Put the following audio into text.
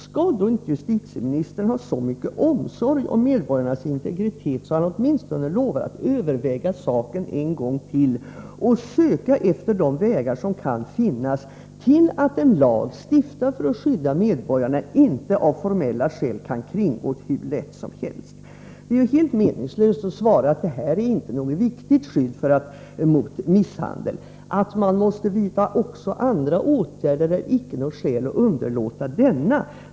Skall då inte justitieministern ha så mycket omsorg om medborgarnas integritet att han åtminstone lovar att överväga saken en gång till och söka efter de vägar som kan finnas till att en lag, stiftad för att skydda medborgarna, inte av formella skäl kan kringgås hur lätt som helst? Det är ju helt meningslöst att svara att det här inte är det viktigaste skyddet mot misshandel — att man måste vidta också andra åtgärder är icke något skäl att underlåta denna.